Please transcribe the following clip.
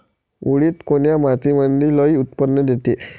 उडीद कोन्या मातीमंदी लई उत्पन्न देते?